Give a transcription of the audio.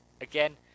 again